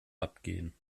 abgehen